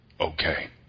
Okay